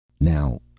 Now